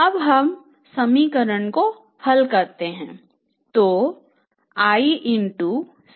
अब हम समीकरण हल करते हैं